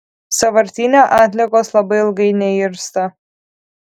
sąvartyne atliekos labai ilgai neirsta